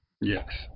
Yes